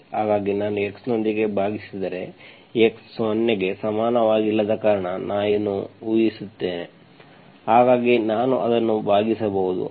ಹಾಗಾಗಿ ನಾನು x ನೊಂದಿಗೆ ಭಾಗಿಸಿದರೆ x 0 ಗೆ ಸಮಾನವಾಗಿಲ್ಲದ ಕಾರಣ ನಾನು ಊಹಿಸುತ್ತೇನೆ ಹಾಗಾಗಿ ನಾನು ಅದನ್ನು ಭಾಗಿಸಬಹುದು